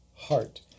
heart